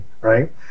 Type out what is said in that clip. right